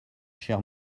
cher